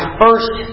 first